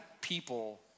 people